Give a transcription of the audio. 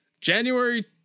January